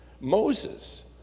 Moses